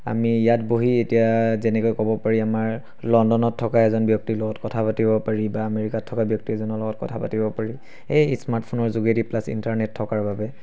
আমি ইয়াত বহি এতিয়া যেনেকৈ ক'ব পাৰি আমাৰ লণ্ডনত থকা এজন ব্যক্তিৰ লগত কথা পাতিব পাৰি বা আমেৰিকাত থকা ব্যক্তি এজনৰ লগত কথা পাতিব পাৰি এই স্মাৰ্টফোনৰ যোগেদি প্লাছ ইণ্টাৰনেট থকাৰ বাবে